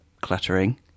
cluttering